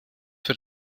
für